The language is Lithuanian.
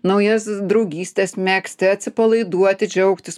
naujas draugystes megzti atsipalaiduoti džiaugtis